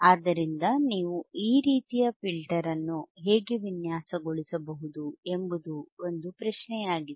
ಆದ್ದರಿಂದ ನೀವು ಈ ರೀತಿಯ ಫಿಲ್ಟರ್ ಅನ್ನು ಹೇಗೆ ವಿನ್ಯಾಸಗೊಳಿಸಬಹುದು ಎಂಬುದು ಒಂದು ಪ್ರಶೆಯಾಗಿದೆ